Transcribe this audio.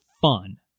fun